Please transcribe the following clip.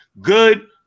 Good